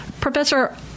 professor